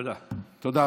תודה רבה.